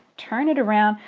turn it around.